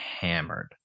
hammered